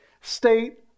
state